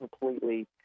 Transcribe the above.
completely